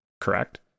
Correct